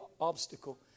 obstacle